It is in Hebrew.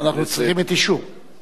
אנחנו צריכים את אישור,